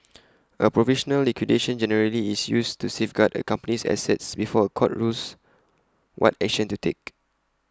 A provisional liquidation generally is used to safeguard A company's assets before A court rules what action to take